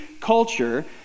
culture